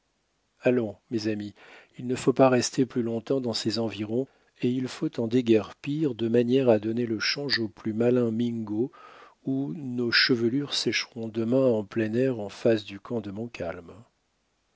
naturelle allons mes amis il ne faut pas rester plus longtemps dans ces environs et il faut en déguerpir de manière à donner le change au plus malin mingo ou nos chevelures sécheront demain en plein air en face du camp de montcalm cet